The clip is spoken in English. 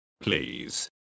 please